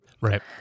Right